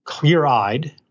clear-eyed